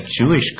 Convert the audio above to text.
Jewish